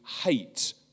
hate